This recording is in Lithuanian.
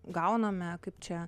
gauname kaip čia